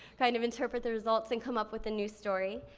kind of interpret the results and come up with a new story.